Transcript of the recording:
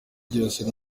ryose